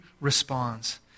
responds